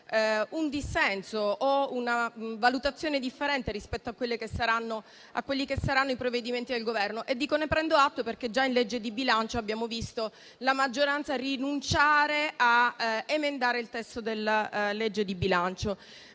un dissenso o una valutazione differente rispetto ai provvedimenti del Governo. Ne prendo atto, perché già in legge di bilancio abbiamo visto la maggioranza rinunciare a emendare il testo della legge stessa.